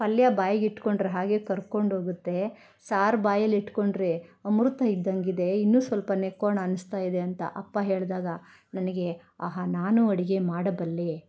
ಪಲ್ಯ ಬಾಯಿಗಿಟ್ಕೊಂಡರೆ ಹಾಗೇ ಕರಗ್ಕೊಂಡೋಗುತ್ತೆ ಸಾರು ಬಾಯಲಿಟ್ಕೊಂಡರೆ ಅಮೃತ ಇದ್ದಂಗೆ ಇದೆ ಇನ್ನು ಸ್ವಲ್ಪ ನೆಕ್ಕೋಣ ಅನಿಸ್ತಾ ಇದೆ ಅಂತ ಅಪ್ಪ ಹೇಳಿದಾಗ ನನಗೆ ಆಹಾ ನಾನು ಅಡುಗೆ ಮಾಡಬಲ್ಲೇ